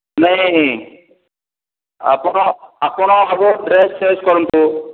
ନାଇଁ ନାଇଁ ନାଇଁ ଆପଣ ଆପଣ ଆଗ ଡ୍ରେସ ଚଏସ କରନ୍ତୁ